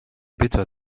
bitter